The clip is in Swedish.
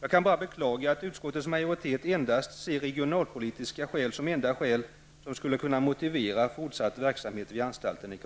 Jag kan bara beklaga att utskottets majoritet ser regionalpolitiska skäl som enda skäl som skulle kunna motivera fortsatt verksamhet vid anstalten i